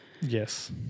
Yes